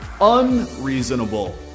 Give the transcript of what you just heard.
unreasonable